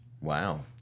Wow